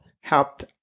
helped